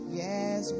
yes